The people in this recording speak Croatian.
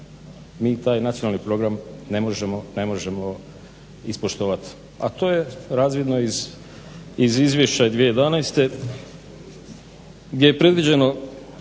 mi taj Nacionalni program ne možemo ispoštovati. A to je razvidno iz Izvješća 2011. gdje je predviđeno